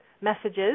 Messages